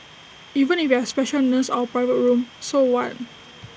even if you have A special nurse or A private room so what